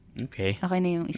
Okay